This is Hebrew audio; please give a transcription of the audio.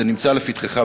זה נמצא לפתחך,